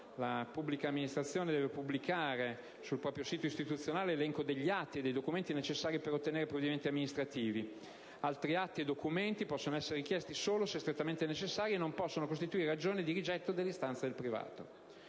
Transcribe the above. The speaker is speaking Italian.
la pubblica amministrazione deve pubblicare sul proprio sito istituzionale l'elenco degli atti e dei documenti necessari per ottenere provvedimenti amministrativi; altri atti o documenti possono essere richiesti solo se strettamente necessari e non possono costituire ragione di rigetto dell'istanza del privato;